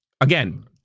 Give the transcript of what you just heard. Again